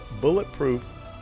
bulletproof